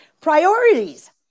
priorities